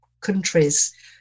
countries